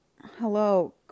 Hello